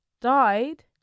died